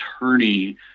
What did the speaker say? attorney